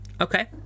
okay